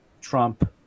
trump